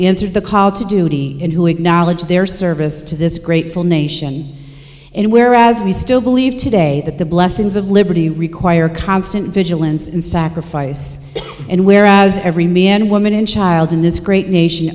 inspired the call to duty and who acknowledge their service to this grateful nation and where as we still believe today that the blessings of liberty require constant vigilance and sacrifice and where as every man woman and child in this great nation